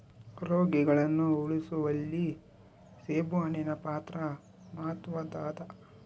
ರೋಗಿಗಳನ್ನು ಉಳಿಸುವಲ್ಲಿ ಸೇಬುಹಣ್ಣಿನ ಪಾತ್ರ ಮಾತ್ವದ್ದಾದ